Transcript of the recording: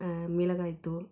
மிளகாய்த்தூள்